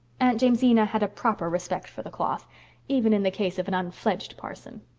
aunt jamesina had a proper respect for the cloth even in the case of an unfledged parson.